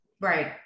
Right